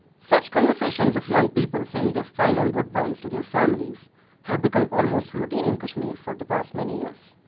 such conversations of young people saying their final goodbyes to their families have become almost routine in kashmir for the past many years,